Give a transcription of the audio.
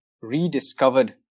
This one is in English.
rediscovered